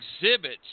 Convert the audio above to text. exhibits